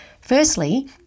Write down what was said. Firstly